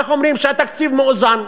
איך אומרים, כשהתקציב מאוזן.